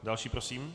Další prosím.